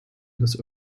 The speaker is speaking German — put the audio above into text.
des